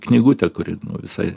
knygutę kuri visai